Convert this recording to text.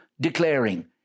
declaring